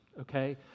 okay